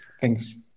Thanks